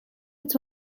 het